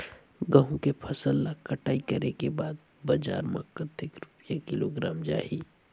गंहू के फसल ला कटाई करे के बाद बजार मा कतेक रुपिया किलोग्राम जाही?